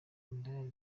indaya